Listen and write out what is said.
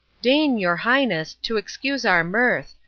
deign, your highness, to excuse our mirth,